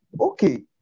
okay